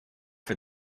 for